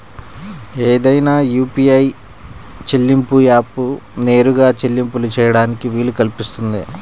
ఏదైనా యూ.పీ.ఐ చెల్లింపు యాప్కు నేరుగా చెల్లింపులు చేయడానికి వీలు కల్పిస్తుంది